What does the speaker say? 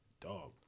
dog